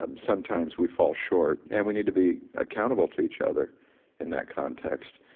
um sometimes we fall short, and we need to be accountable to each other in that context